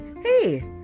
hey